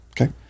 Okay